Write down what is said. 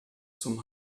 zum